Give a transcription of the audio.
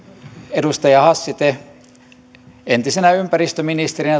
edustaja hassi te entisenä ympäristöministerinä